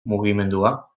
mugimendua